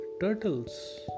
turtles